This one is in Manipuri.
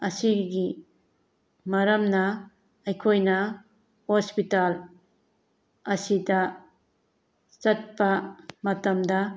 ꯑꯁꯤꯒꯤ ꯃꯔꯝꯅ ꯑꯩꯈꯣꯏꯅ ꯍꯣꯁꯄꯤꯇꯥꯜ ꯑꯁꯤꯗ ꯆꯠꯄ ꯃꯇꯝꯗ